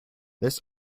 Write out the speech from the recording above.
this